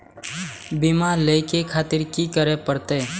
बीमा लेके खातिर की करें परतें?